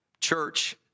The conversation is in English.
church